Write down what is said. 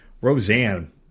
Roseanne